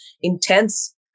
intense